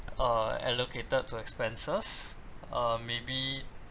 uh allocated to expenses uh maybe